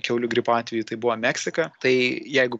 kiaulių gripo atveju tai buvo meksika tai jeigu